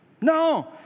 No